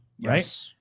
Right